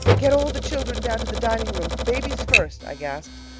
get all the children down to the dining room, babies first, i gasped.